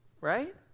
right